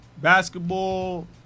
basketball